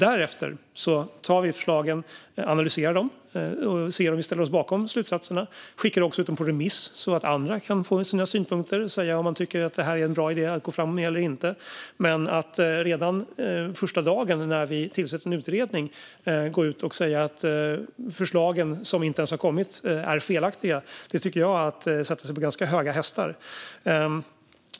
Därefter tittar vi på förslagen, analyserar dem och ser om vi ställer oss bakom slutsatserna. Vi skickar också ut dem på remiss så att andra kan få dela med sig av sina synpunkter och säga om de tycker att det här är en bra idé att gå fram med eller inte. Att redan första dagen efter att vi tillsatt en utredning gå ut och säga att förslagen som inte ens har kommit är felaktiga tycker jag är att sätta sig på ganska höga hästar.